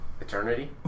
Eternity